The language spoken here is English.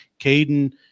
Caden